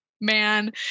man